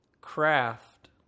Craft